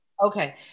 Okay